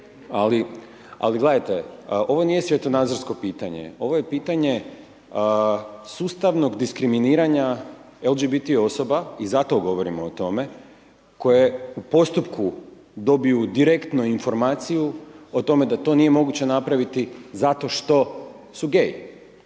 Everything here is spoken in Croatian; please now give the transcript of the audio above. Ali gledajte, ovo nije svjetonazorsko pitanje, ovo je pitanje sustavnog diskriminiranja LBT osoba i zato govorim o tome koje u postupku dobiju direktno informaciju o tome da to nije moguće napraviti zato što su gay.